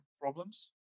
problems